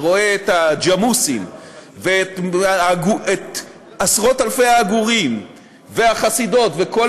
ורואה את הג'מוסים ואת עשרות אלפי העגורים והחסידות ואת כל